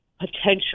potential